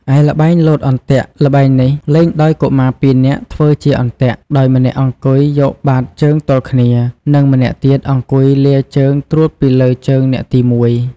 ឯល្បែងលោតអន្ទាក់ល្បែងនេះលេងដោយកុមារពីរនាក់ធ្វើជាអន្ទាក់ ដោយម្នាក់អង្គុយយកបាតជើងទល់គ្នា និងម្នាក់ទៀតអង្គុយលាជើងត្រួតពីលើជើងអ្នកទីមួយ ។